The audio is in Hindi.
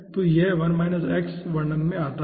तो यह वर्णन में आता है